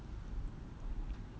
um okay okay